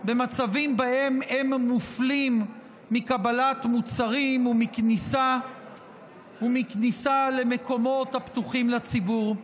במצבים שבהם הם מופלים מקבלת מוצרים ומכניסה למקומות הפתוחים לציבור.